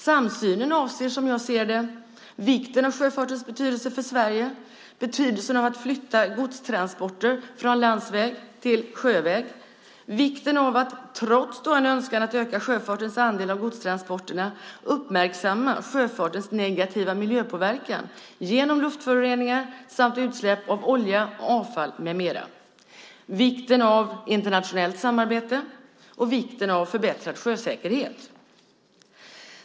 Samsynen avser, som jag ser det, sjöfartens betydelse för Sverige, betydelsen av att flytta godstransporter från landsväg till sjöväg, vikten av att, trots en önskan om att öka sjöfartens andel av godstransporterna, uppmärksamma sjöfartens negativa miljöpåverkan genom luftföroreningar samt utsläpp av olja och avfall med mera, vikten av internationellt samarbete och vikten av förbättrad sjösäkerhet.